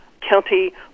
county